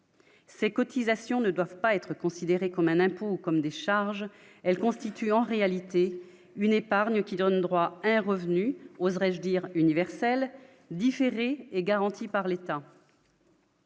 Ces cotisations ne doivent pas être considéré comme un impôt comme décharge elle constitue en réalité une épargne qui donne droit à un revenu, oserais-je dire universel différée et garanti par l'État.